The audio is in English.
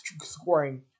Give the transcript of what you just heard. scoring